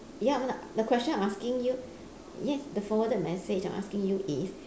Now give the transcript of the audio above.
ya I want to the question I asking you yes the forwarded message I'm asking you is